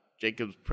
Jacob's